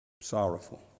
sorrowful